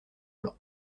blanc